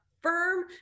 firm